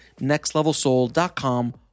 nextlevelsoul.com